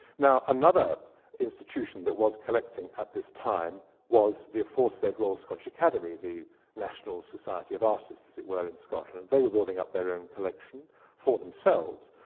now, another institution that was collecting at this time was the aforesaid royal scottish academy, the national society of artists, as it were, in scotland. they were building up their own collection for themselves.